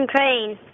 Crane